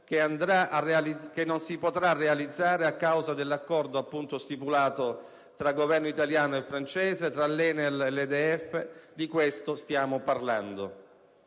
che non si potrà realizzare a causa dell'accordo stipulato tra il Governo italiano e il Governo francese, tra l'ENEL e l'EDF. Di questo stiamo parlando.